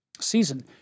season